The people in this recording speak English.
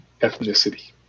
ethnicity